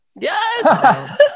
Yes